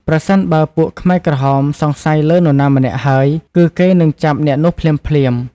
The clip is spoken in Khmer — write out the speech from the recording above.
ប្រសិនបើពួកខ្មែរក្រហមសង្ស័យលើនរណាម្នាក់ហើយ គឺគេនឹងចាប់អ្នកនោះភ្លាមៗ។